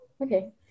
Okay